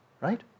right